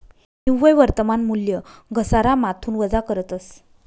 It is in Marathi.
निव्वय वर्तमान मूल्य घसारामाथून वजा करतस